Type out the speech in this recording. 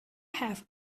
have